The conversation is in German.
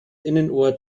innenohr